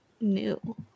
new